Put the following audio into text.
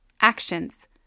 Actions